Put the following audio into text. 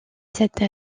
cette